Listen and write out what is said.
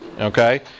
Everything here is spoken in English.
Okay